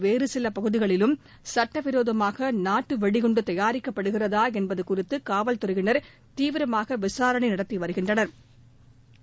வேறு சில பகுதிகளிலும் சட்டவிரோதமாக நாட்டு வெடிகுண்டு தயாரிக்கப்படுகிறதா என்பது குறித்து காவல்துறையினா் தீவிரமாக விசாரணை நடத்தி வருகின்றனா்